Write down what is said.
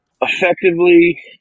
effectively